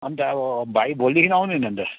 अनि त अब भाइ भोलिदेखिन् आउनु नि अनि त